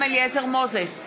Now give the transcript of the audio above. מנחם אליעזר מוזס,